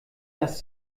das